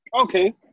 Okay